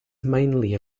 mainly